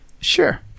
Sure